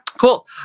cool